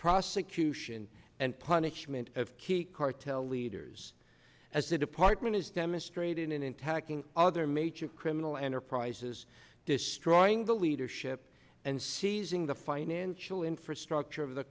prosecution and punishment of key cartel leaders as the department has demonstrated in tackling other major criminal enterprises destroying the leadership and seizing the financial infrastructure of the